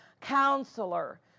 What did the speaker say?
Counselor